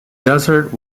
desert